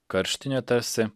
karštinė tarsi